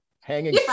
hanging